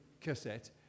cassette